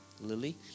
Lily